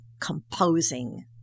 composing